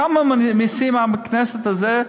כמה מסים הכנסת הזאת,